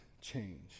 change